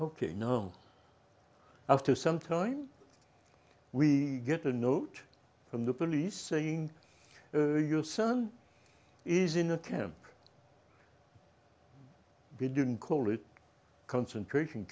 ok no after some time we get a note from the police saying your son is in a camp be didn't call it concentration